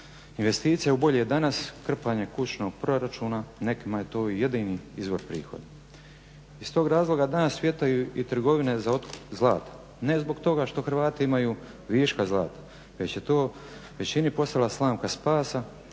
investicija u bolje danas, u krpanje kućnog proračuna. Nekima je to i jedini izvor prihoda. Iz tog razloga danas cvjetaju i trgovine za otkup zlata. Ne zbog toga što Hrvati imaju viška zlata, već je to većini postala slamka spasa.